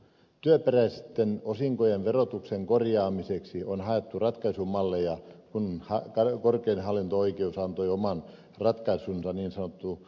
työperäisten osinkojen verotuksen korjaamiseksi on haettu ratkaisumalleja kun korkein hallinto oikeus antoi oman ratkaisunsa niin sanotuissa lääkäriyhtiöissä